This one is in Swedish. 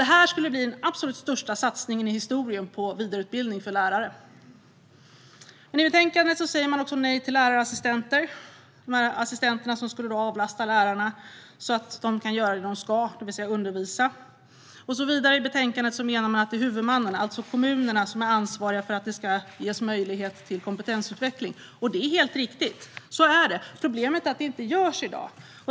Det här skulle bli den största satsningen i historien på vidareutbildning för lärare. I betänkandet säger man nej till lärarassistenter som skulle ha avlastat lärarna så att de kan göra det de ska, det vill säga undervisa. I betänkandet sägs det också att huvudmännen, kommunerna, är ansvariga för att möjlighet ska ges till kompetensutveckling. Detta är helt riktigt. Så är det. Problemet är att detta inte görs i dag.